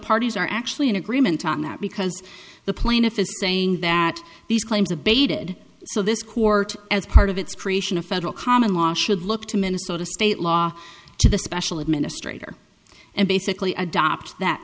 parties are actually in agreement on that because the plaintiff is saying that these claims abated so this court as part of its creation of federal common law should look to minnesota state law to the special administrator and basically adopt that